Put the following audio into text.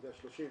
30,